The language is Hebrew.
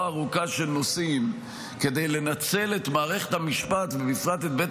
ארוכה של נושאים כדי לנצל את מערכת המשפט ובפרט את בית